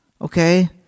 Okay